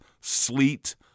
sleet